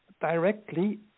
directly